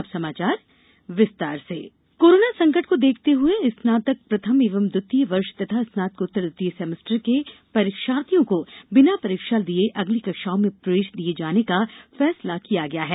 अब समाचार विस्तार से कॉलेज परीक्षा कोरोना संकट को देखते हुए स्नातक प्रथम एवं द्वितीय वर्ष तथा स्नातकोत्तर द्वितीय सेमेस्टर के परीक्षार्थियों को बिना परीक्षा दिए अगली कक्षाओं में प्रवेश किये जाने का फैसला किया गया है